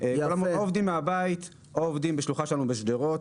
ואז או עובדים מהבית או עובדים בשלוחה שלנו בשדרות.